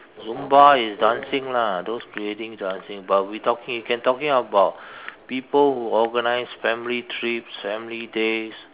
zumba is dancing lah those ladies dancing but we talking you can talking about people who organize family trips family days